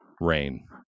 rain